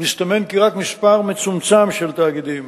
מסתמן כי רק מספר מצומצם של תאגידים,